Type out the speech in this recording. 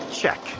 check